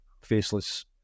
faceless